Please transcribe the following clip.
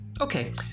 Okay